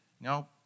No